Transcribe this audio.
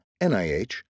NIH